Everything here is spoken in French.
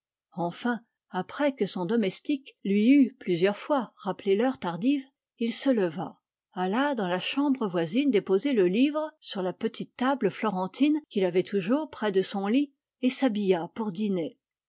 enfin après que son domestique lui eut plusieurs fois rappelé l'heure tardive il se leva alla dans la chambre voisine déposer le livre sur la petite table florentine qu'il avait toujours près de son lit et s'habilla pour dîner